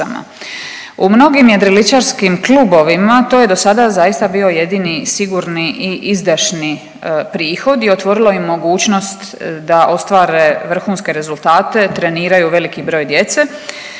U mnogim jedriličarskim klubovima to je do sada zaista bio jedini sigurni i izdašni prihoda i otvorilo im mogućnost da ostvare vrhunske rezultate, treniraju veliki broj djece,